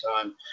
time